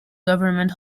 government